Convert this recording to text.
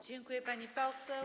Dziękuję, pani poseł.